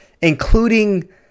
including